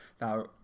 now